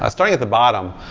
ah starting at the bottom,